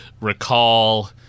recall